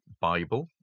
Bible